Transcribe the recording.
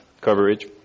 coverage